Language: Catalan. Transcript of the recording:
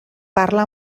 parla